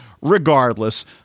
regardless